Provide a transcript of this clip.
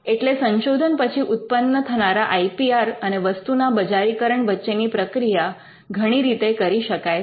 એટલે સંશોધન પછી ઉત્પન્ન થનારા આઈ પી આર અને વસ્તુના બજારીકરણ વચ્ચેની પ્રક્રિયા ઘણી રીતે કરી શકાય છે